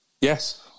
Yes